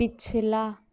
پچھلا